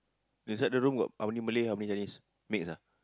inside the room got how many Malay how many Chinese mix ah